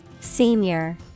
Senior